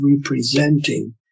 representing